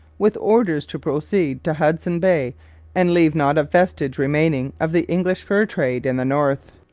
with orders to proceed to hudson bay and leave not a vestige remaining of the english fur trade in the north.